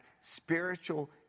spiritual